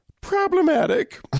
problematic